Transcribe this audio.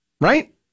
right